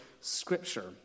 Scripture